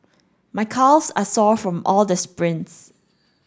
my calves are sore from all the sprints